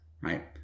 Right